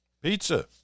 pizza